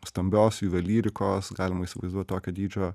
stambios juvelyrikos galima įsivaizduot tokio dydžio